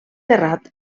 terrat